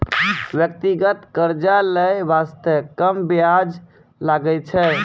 व्यक्तिगत कर्जा लै बासते कम बियाज लागै छै